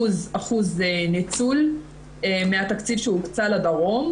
מן התקציב שהוקצה לדרום,